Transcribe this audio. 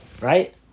Right